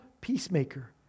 peacemaker